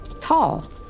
tall